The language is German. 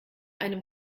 einem